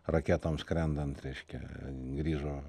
raketoms skrendant reiškia grįžo